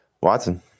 Watson